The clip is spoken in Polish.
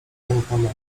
rękoma